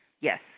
Yes